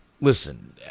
Listen